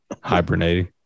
hibernating